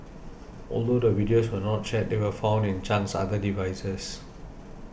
although the videos were not shared they were found in Chang's other devices